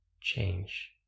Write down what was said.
change